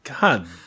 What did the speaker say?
God